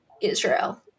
Israel